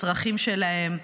הצרכים שלהם,